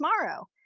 tomorrow